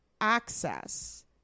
access